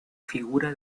figura